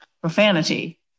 profanity